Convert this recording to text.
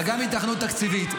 גם היתכנות תקציבית.